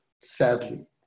sadly